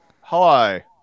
Hi